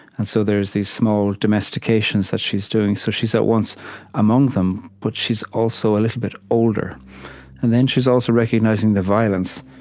and so there are these small domestications that she's doing. so she's at once among them, but she's also a little bit older and then she's also recognizing the violence,